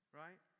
right